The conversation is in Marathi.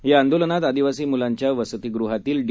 याआंदोलनातआदिवासीमुलांच्यावस्तीगृहातीलडी